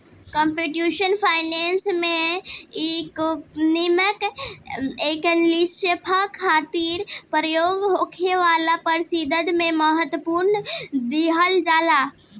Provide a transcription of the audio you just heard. computational finance में economic analysis खातिर प्रयोग होखे वाला पद्धति के महत्व दीहल जाला